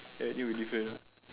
everything will be different ah